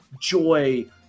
joy